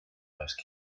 those